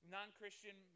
Non-Christian